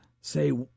say